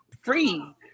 free